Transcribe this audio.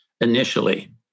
initially